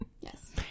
Yes